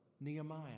Nehemiah